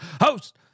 host